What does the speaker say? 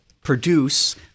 produce